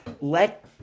let